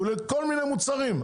הוא לכל מיני מוצרים.